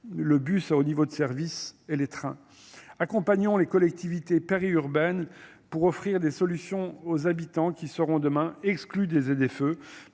Le bus à haut niveau de service et les trains accompagnons les collectivités périurbaines pour offrir des solutions aux habitants qui seront demain exclus des et